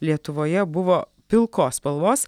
lietuvoje buvo pilkos spalvos